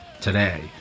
today